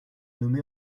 nommé